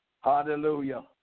hallelujah